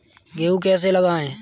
गेहूँ कैसे लगाएँ?